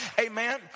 amen